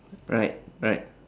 right right